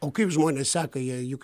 o kaip žmonės seka jie juk